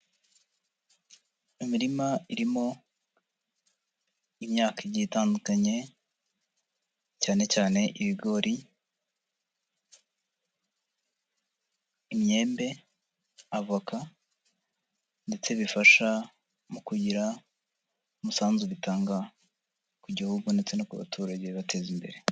Imirima irimo imyaka igiye itandukanye, cyane cyane ibigori, imyembe, avoka ndetse bifasha mu kugira umusanzu bitanga ku gihugu ndetse no ku baturage bibateza imbere.